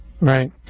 Right